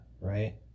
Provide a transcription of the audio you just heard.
right